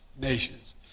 nations